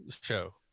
show